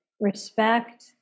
respect